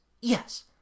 yes